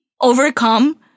overcome